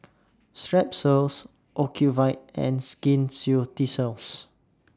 Strepsils Ocuvite and Skin Ceuticals